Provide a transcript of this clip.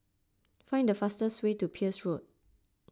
find the fastest way to Peirce Road